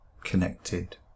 connected